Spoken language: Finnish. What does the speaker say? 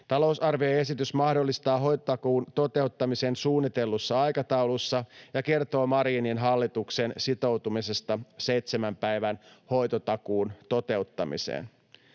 Talousarvioesitys mahdollistaa hoitotakuun toteuttamisen suunnitellussa aikataulussa ja kertoo Marinin hallituksen sitoutumisesta seitsemän päivän hoitotakuun toteuttamiseen.